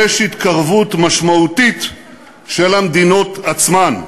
יש התקרבות משמעותית של המדינות עצמן.